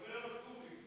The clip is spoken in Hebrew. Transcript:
כולל הסונים.